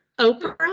Oprah